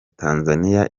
tanzania